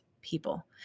people